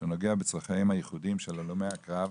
שנוגע בצורכיהם המיוחדים של הלומי הקרב,